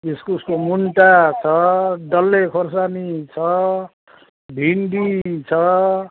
इस्कुसको मुन्टा छ डल्ले खोर्सानी छ भिन्डी छ